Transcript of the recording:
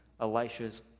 Elisha's